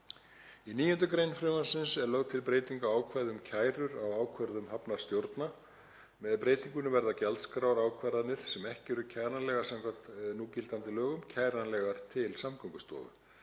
Í 9. gr. frumvarpsins er lögð til breyting á ákvæði um kærur á ákvörðunum hafnarstjórna. Með breytingunni verða gjaldskrárákvarðanir sem ekki eru kæranlegar samkvæmt núgildandi lögum kæranlegar til Samgöngustofu.